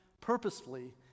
purposefully